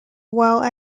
while